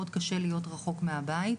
מאוד קשה להיות רחוק מהבית,